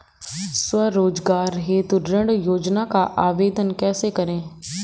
स्वरोजगार हेतु ऋण योजना का आवेदन कैसे करें?